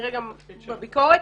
גם לגבי ועדת ביקורת.